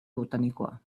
botanikoa